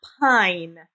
Pine